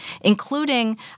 including